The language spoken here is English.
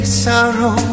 sorrow